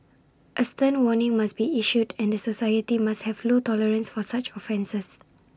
A stern warning must be issued and society must have low tolerance for such offences